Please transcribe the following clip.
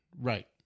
Right